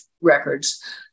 records